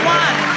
one